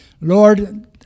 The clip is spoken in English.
lord